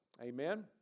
Amen